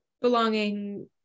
belonging